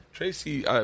Tracy